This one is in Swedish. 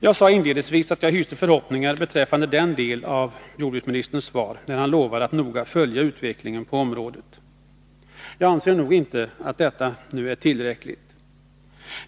Jag sade inledningsvis att jag hyste förhoppningar beträffande den del av jordbruksministerns svar där han lovade att noga följa utvecklingen på området. Men jag anser nog inte detta vara tillräckligt.